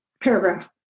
paragraph